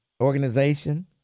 organization